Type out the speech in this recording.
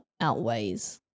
outweighs